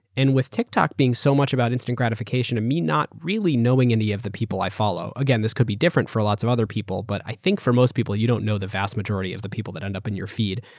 and with tiktok being so much about instant gratification, i and mean not really knowing any of the people i follow. again, this could be different for lots of other people, but i think for most people, you don't know the vast majority of the people that end up on your feed.